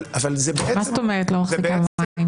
אבל זה בעצם --- מה זאת אומרת לא מחזיקה מים?